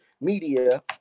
media